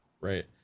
right